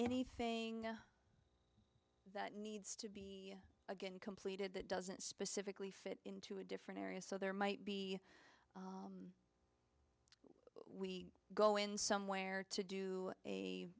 anything that needs again completed that doesn't specifically fit into a different area so there might be we go in somewhere to do